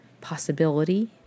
Possibility